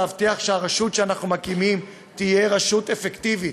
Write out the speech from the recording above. להבטיח שהרשות שאנחנו מקימים תהיה רשות אפקטיבית,